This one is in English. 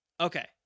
Okay